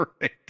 Right